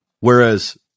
Whereas